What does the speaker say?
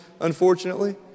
unfortunately